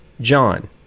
John